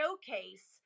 showcase